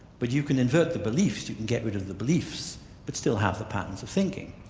but you can invert the beliefs, you can get rid of the beliefs but still have the patterns of thinking.